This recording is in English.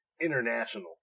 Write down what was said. international